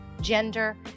gender